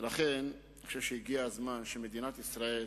ולכן, אני חושב שהגיע הזמן שמדינת ישראל